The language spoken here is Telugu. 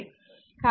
కాబట్టి ఈ t t0 t